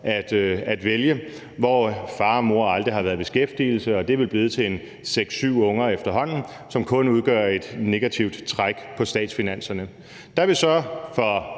imellem – hvor far og mor aldrig har været i beskæftigelse og det vel er blevet til en seks-syv unger efterhånden, som kun udgør et negativt træk på statsfinanserne. Der vil så for